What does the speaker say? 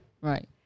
Right